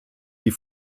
die